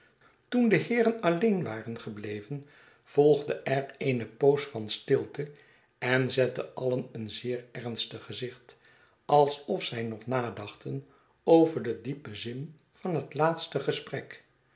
toen de heeren alleen waren gebleven volgde er eene poos van stilte en zetten alien een zeer ernstig gezicht alsof zij nog nadachten over den diepen zin van het laatste gesprek